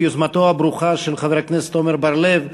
ביוזמתו הברוכה של חבר הכנסת עמר בר-לב,